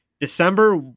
December